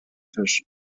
fisch